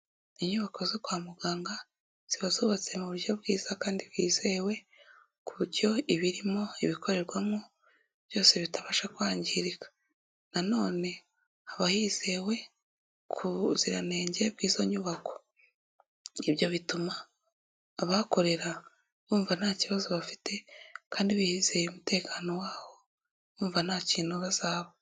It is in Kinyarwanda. Inyubako zo kwa muganga ziba zubatse mu buryo bwiza kandi bwizewe, ku buryo ibirimo, ibikorerwamo, byose bitabasha kwangirika, nanone haba hizewe ku buziranenge bw'izo nyubako, ibyo bituma abahakorera bumva nta kibazo bafite, kandi bizeye umutekano waho bumva nta kintu bazaba.